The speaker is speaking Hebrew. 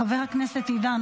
חבר הכנסת עידן